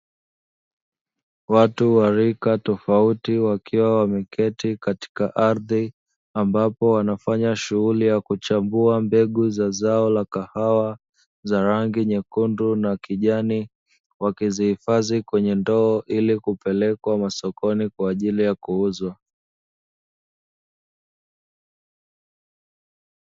Watu wa rika tofauti wakiwa wameketi katika ardhi ambapo wanafanya shughuli ya kuchagua mbegu za zao la kahawa za rangi nyekundu na kijani wakizihifadhi kwenye Ndoo ili kupelekwa masokoni kwa ajili ya kuuzwa.